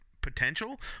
potential